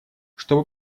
чтобы